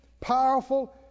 powerful